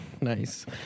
Nice